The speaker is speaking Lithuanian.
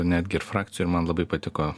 netgi ir frakcijoj ir man labai patiko